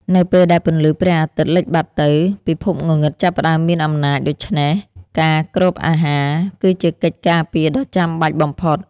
នៅពេលដែលពន្លឺព្រះអាទិត្យលិចបាត់ទៅពិភពងងឹតចាប់ផ្តើមមានអំណាច ដូច្នេះការគ្របអាហារ គឺជាកិច្ចការពារដ៏ចាំបាច់បំផុត។